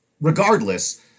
Regardless